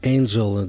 Angel